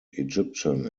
egyptian